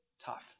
tough